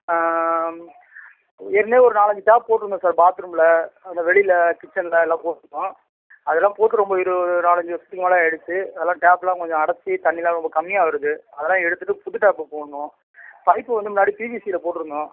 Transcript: ஏற்கனவே ஒரு நாலஞ்சு டேப் போட்டிருந்தோம் சார் பாத்ரூமில் அது வெளியில் கிட்ச்சனில் எல்லாம் போட்டிருந்தோம் அதெல்லாம் போட்டு ரொம்ப இரு நாலஞ்சு வருஷத்துக்கு மேலே ஆக்கிடுச்சி அதெல்லாம் டேப்பெல்லாம் கொஞ்சம் அடச்சு தண்ணீலாம் ரொம்ப கம்மியாக வருது அதெல்லாம் எடுத்துட்டு புது டேப்பு போடணும் பைப்பு வந்து முன்னாடி பிவிசியில் போட்டிருந்தோம்